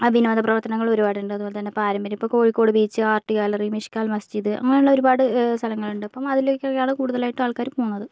വിനോദ പ്രവർത്തനങ്ങൾ ഒരുപാടുണ്ട് അതുപോലെ തന്നെ പാരമ്പര്യം ഇപ്പോൾ Kozhikode beach art gallery Mishkal Masjid അങ്ങനെയുള്ള ഒരുപാട് സ്ഥലങ്ങളുണ്ട് അപ്പോൾ അതിലേക്കൊക്കെയാണ് കൂടുതലായിട്ട് ആൾക്കാർ പോകുന്നത്